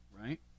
right